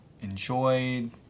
enjoyed